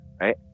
right